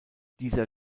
dieser